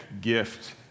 gift